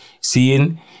seeing